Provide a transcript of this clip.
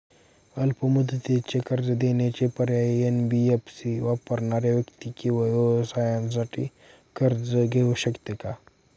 अल्प मुदतीचे कर्ज देण्याचे पर्याय, एन.बी.एफ.सी वापरणाऱ्या व्यक्ती किंवा व्यवसायांसाठी कर्ज घेऊ शकते का?